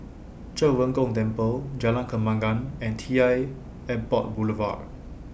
Zhen Ren Gong Temple Jalan Kembangan and T L Airport Boulevard